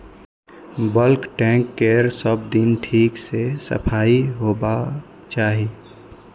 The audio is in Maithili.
बल्क टैंक केर सब दिन ठीक सं सफाइ होबाक चाही